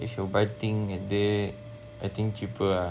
if you buy thing at there I think cheaper ah